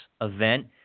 event –